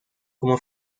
como